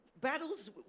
battles